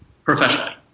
Professionally